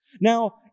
Now